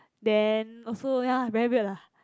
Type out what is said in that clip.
then also ya very weird lah